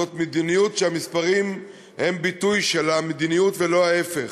זאת מדיניות שהמספרים הם ביטוי שלה, ולא ההפך.